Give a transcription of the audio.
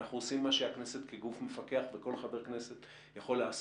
אנחנו עושים מה שהכנסת כגוף מפקח וכל חבר כנסת יכולים לעשות.